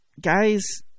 guys